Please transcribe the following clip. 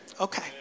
Okay